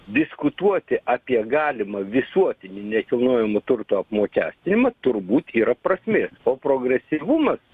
diskutuoti apie galimą visuotinį nekilnojamo turto apmokestinimą turbūt yra prasmės o progresyvumas